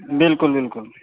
हॅं